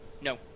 No